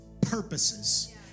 purposes